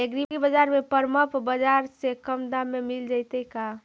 एग्रीबाजार में परमप बाजार से कम दाम पर मिल जैतै का?